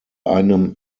einem